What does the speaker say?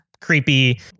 Creepy